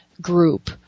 group